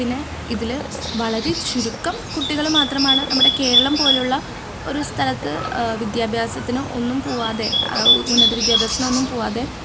പിന്നെ ഇതിൽ വളരെ ചുരുക്കം കുട്ടികൾ മാത്രമാണ് നമ്മുടെ കേരളം പോലെയുള്ള ഒരു സ്ഥലത്ത് വിദ്യാഭ്യാസത്തിന് ഒന്നും പോകാതെ ഉന്നത വിദ്യാഭ്യാസത്തിനൊന്നും പോകാതെ